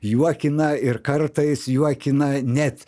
juokina ir kartais juokina net